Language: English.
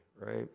right